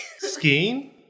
Skiing